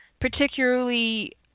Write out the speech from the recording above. particularly